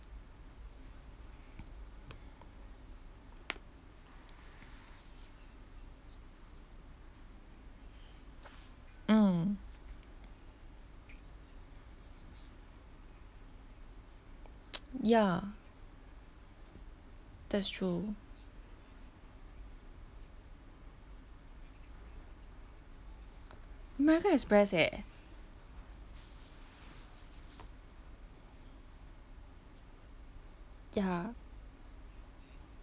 mm ya that’s true my friend express eh ya